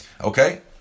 Okay